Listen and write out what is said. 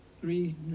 three